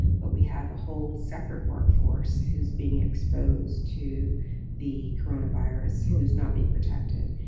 but we have a whole separate workforce who's being exposed to the coronavirus who's not being protected.